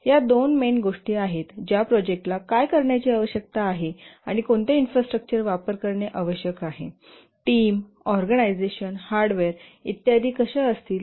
या दोन मेन गोष्टी आहेत ज्या प्रोजेक्टला काय करण्याची आवश्यकता आहे आणि कोणत्या इन्फ्रास्ट्रक्चर वापर करणे आवश्यक आहे टीम ऑर्गनायझेशन हार्डवेअर इत्यादी कशा असतील